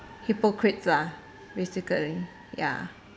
hypocrites lah basically ya